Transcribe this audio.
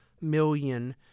million